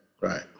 right